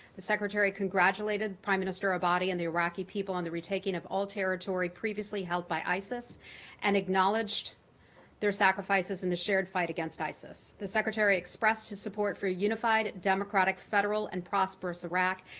the secretary congratulated prime minster abadi and the iraqi people on the retaking of all territory previously held by isis and acknowledged their sacrifices in the shared fight against isis. the secretary expressed his support for a unified, democratic, federal, and prosperous iraq,